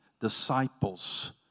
disciples